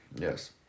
Yes